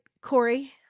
Corey